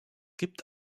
gibt